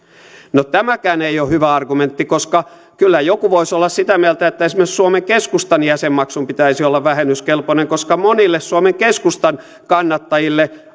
no tämäkään ei ole hyvä argumentti koska kyllä joku voisi olla sitä mieltä että esimerkiksi suomen keskustan jäsenmaksun pitäisi olla vähennyskelpoinen koska monille suomen keskustan kannattajille